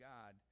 God